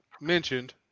mentioned